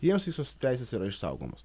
jiems visos teisės yra išsaugomos